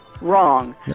wrong